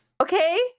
okay